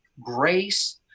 grace